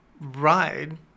ride